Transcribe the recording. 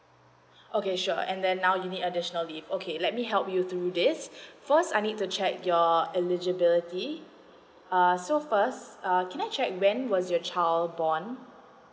okay sure and then I'll be additional leave okay let me help you to do is first I need to check your a eligibility uh so first err can I check when was your child born